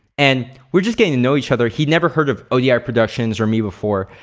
and we're just getting to know each other. he'd never heard of odi productions or me before,